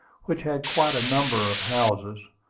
which had quite a number of houses,